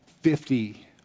fifty